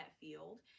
field